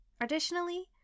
Additionally